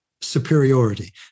superiority